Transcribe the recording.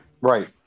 Right